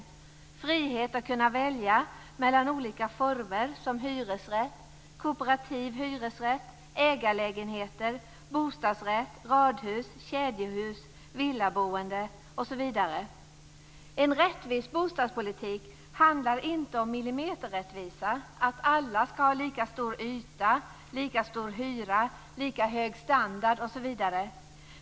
Det handlar om frihet att kunna välja mellan olika former som hyresrätt, kooperativ hyresrätt, ägarlägenhet, bostadsrätt, radhus, kedjehus, villaboende, osv. En rättvis bostadspolitik handlar inte om millimeterrättvisa, att alla ska ha lika stor yta, lika stor hyra, lika hög standard.